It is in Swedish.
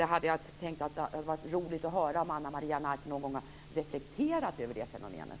Det hade varit roligt att höra om Ana Maria Narti någon gång har reflekterat över det fenomenet.